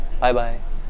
bye-bye